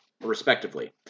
respectively